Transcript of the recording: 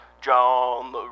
John